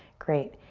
great.